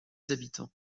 habitants